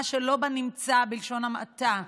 מה שלא בנמצא, בלשון המעטה.